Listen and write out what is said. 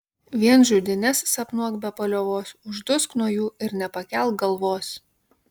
vien žudynes sapnuok be paliovos uždusk nuo jų ir nepakelk galvos